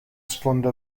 sfondo